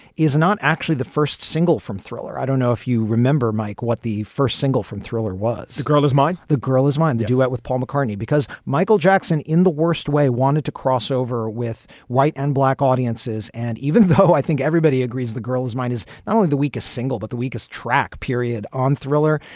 is not actually the first single from thriller. i don't know if you remember, mike, what the first single from thriller was. the girl is mine. the girl is mine. the duet with paul mccartney, because michael jackson in the worst way wanted to crossover with white and black audiences. and even though i think everybody agrees the girl is mine is not only the weakest single, but the weakest track period on thriller,